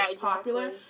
popular